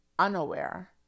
unaware